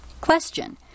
Question